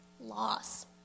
loss